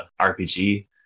rpg